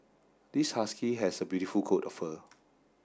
this husky has a beautiful coat of fur